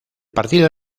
partido